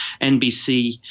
NBC